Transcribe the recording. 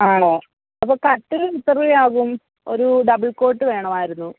ആണോ അപ്പോൾ കട്ടിലിന് എത്ര രൂപ ആകും ഒരു ഡബിൾ കോട്ട് വേണമായിരുന്നു